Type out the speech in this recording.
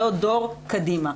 ועוד דור קדימה.